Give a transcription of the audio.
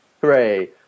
Hooray